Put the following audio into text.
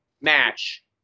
match